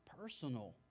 personal